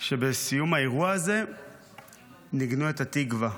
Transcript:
שבסיום האירוע הזה ניגנו את התקווה.